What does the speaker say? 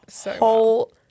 whole